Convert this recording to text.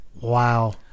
wow